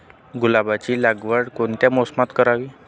गुलाबाची लागवड कोणत्या मोसमात करावी?